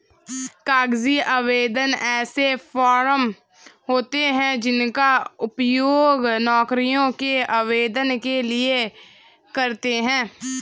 कागजी आवेदन ऐसे फॉर्म होते हैं जिनका उपयोग नौकरियों के आवेदन के लिए करते हैं